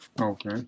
Okay